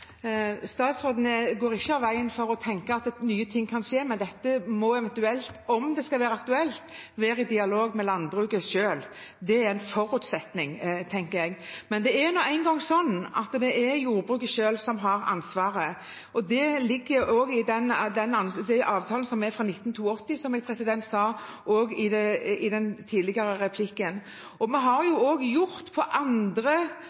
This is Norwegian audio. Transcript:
går ikke av veien for å tenke at nye ting kan skje, men dette må eventuelt – om det skal være aktuelt – skje i dialog med landbruket selv. Det er en forutsetning, tenker jeg. Men det er nå engang sånn at det er jordbruket selv som har ansvaret. Det ligger også i avtalen fra 1982, som jeg også sa i det forrige svaret. Også i andre deler av landbruket hvor det er overproduksjon, har